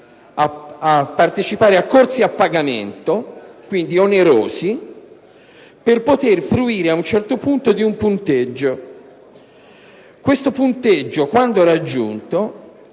a partecipare a corsi a pagamento, quindi onerosi, per poter fruire ad un certo punto di un punteggio. Questo punteggio, quando raggiunto,